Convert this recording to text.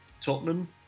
Tottenham